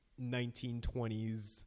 1920s